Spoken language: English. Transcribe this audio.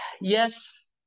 Yes